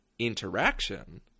interaction